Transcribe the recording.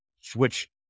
switch